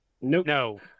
No